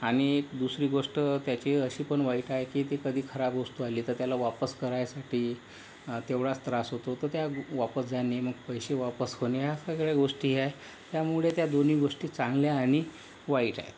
आणि एक दुसरी गोष्ट त्याची अशीपण वाईट आहे की कधी खराब वस्तू आली तर त्याला वापस करायसाठी तेवढाच त्रास होतो तर त्या वापस जाणे मग पैसे वापस होणे ह्या सगळ्या गोष्टी या त्यामुळे त्या दोन्ही गोष्टी चांगल्या आणि वाईट आहेत